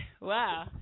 Wow